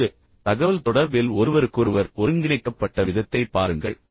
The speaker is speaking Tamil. இப்போது தகவல் தொடர்பில் ஒருவருக்கொருவர் ஒருங்கிணைக்கப்பட்ட விதத்தைப் பாருங்கள்